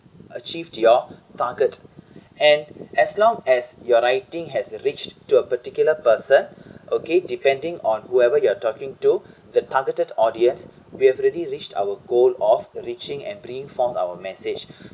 achieved your target and as long as your writing has reached to a particular person okay depending on whoever you are talking to the targeted audience we have already reached our goal of reaching and bringing formed our message